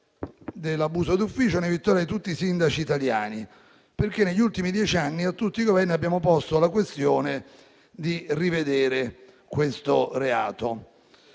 dell'abuso d'ufficio è una vittoria di tutti i sindaci italiani, perché negli ultimi dieci anni a tutti i Governi abbiamo posto la questione di rivedere questo reato».